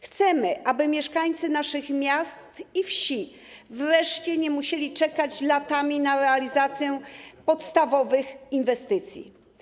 Chcemy, aby mieszkańcy naszych miast i wsi nie musieli czekać latami na realizację podstawowych inwestycji.